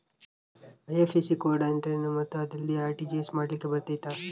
IFSC code ಅಂದ್ರೇನು ಮತ್ತು ಅದಿಲ್ಲದೆ ಆರ್.ಟಿ.ಜಿ.ಎಸ್ ಮಾಡ್ಲಿಕ್ಕೆ ಬರ್ತೈತಾ?